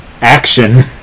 action